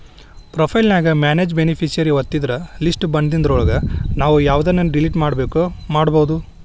profile ನ್ಯಾಗ manage beneficiary ಒತ್ತಿದ್ರ list ಬನ್ದಿದ್ರೊಳಗ ನಾವು ಯವ್ದನ್ನ ಡಿಲಿಟ್ ಮಾಡ್ಬೆಕೋ ಮಾಡ್ಬೊದು